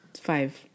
five